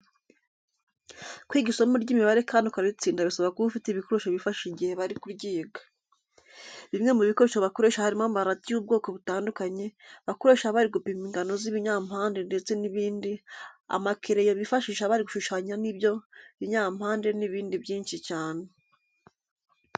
Kwiga isomo ry'imibare kandi ukaritsinda bisaba kuba ufite ibikorehso bifashisha igihe bari kuryiga. Bimwe mu bikoresho bakoresha harimo amarati y'ubwoko butandukanye bakoresha bari gupima ingano z'ibinyampande ndetse n'ibindi, amakereyo bifashisha bari gushushanya ibyo binyampande n'ibindi byinshi cyane.